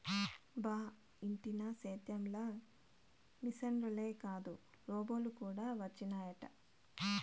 బా ఇంటినా సేద్యం ల మిశనులే కాదు రోబోలు కూడా వచ్చినయట